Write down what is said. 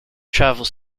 travels